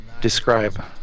describe